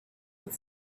with